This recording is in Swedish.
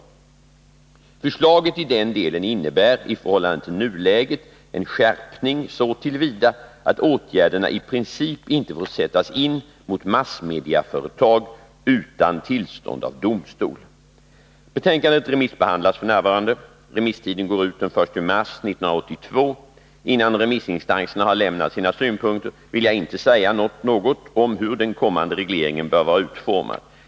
Om förstärkning Förslaget i den delen innebär i förhållande till nuläget en skärpning så till vida — 4 meddelarskydatt åtgärderna i princip inte får sättas in mot massmediaföretag utan tillstånd — je; av domstol. Betänkandet remissbehandlas f. n. Remisstiden går ut den 1 mars 1982. Innan remissinstanserna har lämnat sina synpunkter vill jag inte säga något om hur den kommande regleringen bör vara utformad.